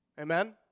Amen